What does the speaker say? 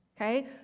okay